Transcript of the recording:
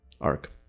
arc